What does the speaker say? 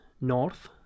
north